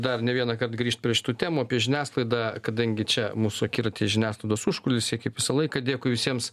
dar ne vienąkart grįžt prie šitų temų apie žiniasklaidą kadangi čia mūsų akiratyje žiniasklaidos užkulisiai kaip visą laiką dėkui visiems